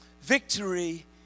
Victory